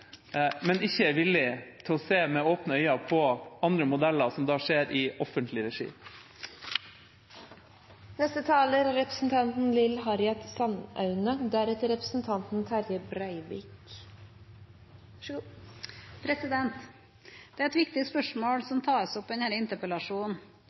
men ikke er villig til å se med åpne øyne på andre modeller som skjer i offentlig regi. Det er et viktig spørsmål som tas opp i denne interpellasjonen. I kampen mot frafall er det viktig